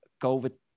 covid